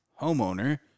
homeowner